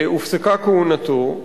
הופסקה כהונתו,